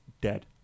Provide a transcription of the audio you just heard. dead